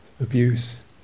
abuse